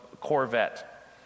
Corvette